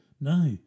No